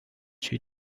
two